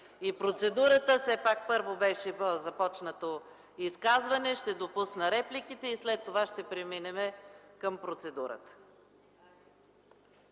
и процедурата. Но първо беше започнато изказването и ще допусна репликите, след това ще преминем към процедурата.